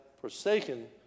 forsaken